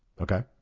Okay